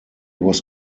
was